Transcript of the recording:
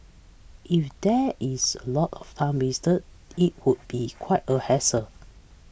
if there is a lot of time wasted it would be quite a hassle